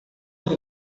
ele